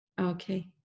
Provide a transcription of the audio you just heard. Okay